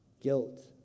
guilt